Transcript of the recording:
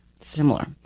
Similar